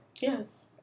Yes